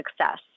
success